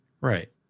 Right